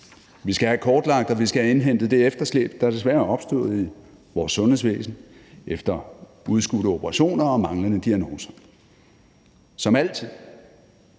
Vi skal have kortlagt og indhentet det efterslæb, der desværre er opstået i vores sundhedsvæsen efter udskudte operationer og manglende diagnoser. Som altid